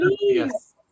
yes